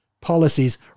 policies